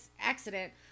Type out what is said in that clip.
accident